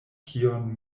kion